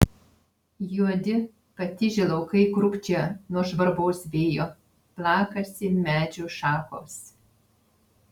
juodi patižę laukai krūpčioja nuo žvarbaus vėjo plakasi medžių šakos